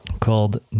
called